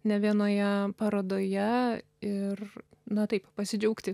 ne vienoje parodoje ir na taip pasidžiaugti